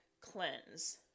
cleanse